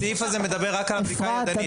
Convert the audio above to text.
הסעיף הזה מדבר רק על הבדיקה הידנית.